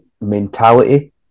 mentality